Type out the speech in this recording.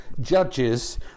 judges